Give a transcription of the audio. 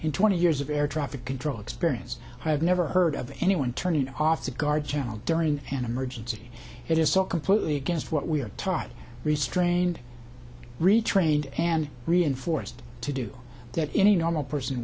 in twenty years of air traffic control experience i have never heard of anyone turning off the guard general during an emergency it is so completely against what we are trying to restrain retrained and reinforced to do that any normal person